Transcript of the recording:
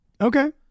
Okay